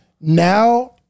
now